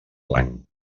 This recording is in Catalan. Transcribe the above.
blanc